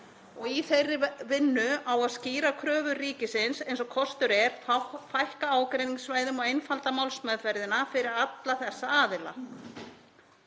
Í þeirri vinnu á að skýra kröfu ríkisins eins og kostur er og það á að fækka ágreiningssvæðum og einfalda málsmeðferðina fyrir alla þessa aðila.